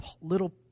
little